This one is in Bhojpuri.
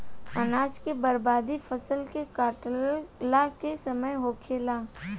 अनाज के बर्बादी फसल के काटला के समय होखेला